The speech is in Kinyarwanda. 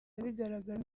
bigaragaramo